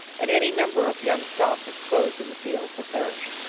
and any number of young stock exposed in the fields had perished.